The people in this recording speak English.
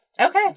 Okay